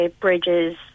bridges